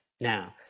now